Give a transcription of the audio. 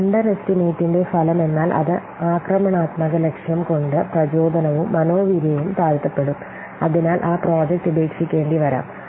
under എസ്റ്റിമേടിന്റെ ഫലം എന്നാൽ അത് ആക്രമണാത്മക ലക്ഷ്യം കൊണ്ട് പ്രചോദനവും മനോവീര്യവും താഴ്തപെടും അതിനാൽ ആ പ്രൊജക്റ്റ് ഉപേക്ഷികേണ്ടി വരാം